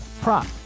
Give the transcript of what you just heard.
prop